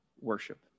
worship